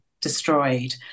destroyed